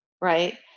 right